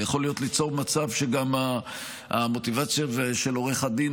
זה יכול ליצור מצב שגם המוטיבציה של עורך הדין